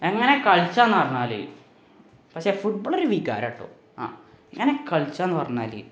എങ്ങനെ കളിച്ചത് എന്നുപറഞ്ഞാൽ പക്ഷെ ഫുട്ബൊളൊരു വികാരമാണ് കേട്ടോ ആ എങ്ങനെ കളിച്ചാ എന്ന് പറഞ്ഞാൽ